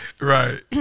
Right